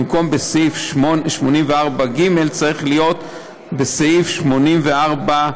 במקום "בסעיף 84(ג)" צריך להיות "בסעיף 84(ג),